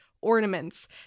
ornaments